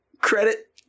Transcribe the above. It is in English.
Credit